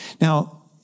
Now